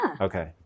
Okay